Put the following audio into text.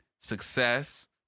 success